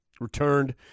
returned